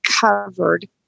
covered